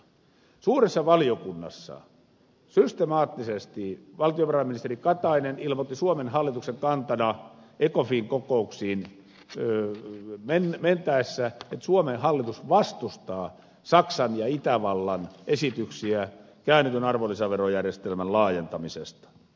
suuressa valiokunnassa systemaattisesti valtiovarainministeri katainen ilmoitti suomen hallituksen kantana ecofin kokouksiin mentäessä että suomen hallitus vastustaa saksan ja itävallan esityksiä käännetyn arvonlisäverojärjestelmän laajentamisesta